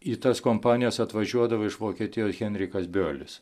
į tas kompanijas atvažiuodavo iš vokietijos henrikas bijolis